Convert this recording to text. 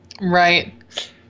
Right